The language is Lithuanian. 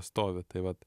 stovi tai vat